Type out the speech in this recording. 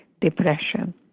depression